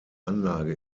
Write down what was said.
anlage